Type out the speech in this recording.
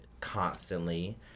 constantly